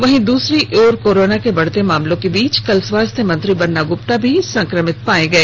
वहीं दूसरी ओर कोरोना के बढ़ते मामलों के बीच कल स्वास्थ्य मंत्री बन्ना गुप्ता भी संक्रमित पाए गए